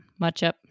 matchup